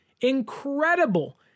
Incredible